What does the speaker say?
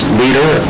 leader